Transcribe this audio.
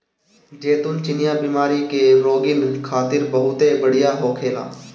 जैतून चिनिया बीमारी के रोगीन खातिर बहुते बढ़िया होखेला